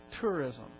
tourism